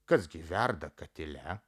kas gi verda katile